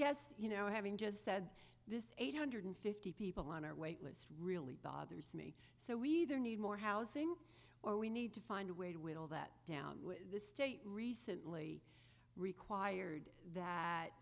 guess you know having just said this eight hundred and fifty people on are weightless really bothers me so we either need more housing or we need to find a way to whittle that down the state recently required that